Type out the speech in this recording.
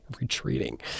retreating